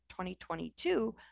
2022